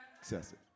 Excessive